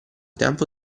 tempo